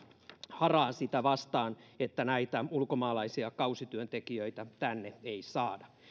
haraa sitä vastaan niin että näitä ulkomaalaisia kausityöntekijöitä tänne ei saada